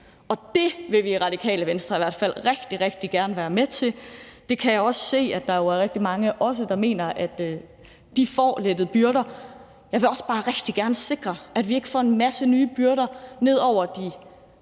Det vil vi i Radikale Venstre i hvert fald rigtig, rigtig gerne være med til. Det kan jeg også se at der rigtig mange der også mener, altså at de får lettet byrder. Jeg vil også bare rigtig gerne sikre, at vi ikke får sat en masse nye byrder ned over de